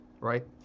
right